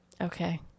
Okay